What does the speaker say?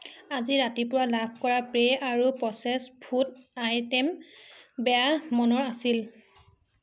আজি ৰাতিপুৱা লাভ কৰা পেয় আৰু প্ৰচে'ছড ফুড আইটেম বেয়া মানৰ আছিল